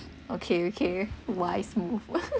okay okay wise move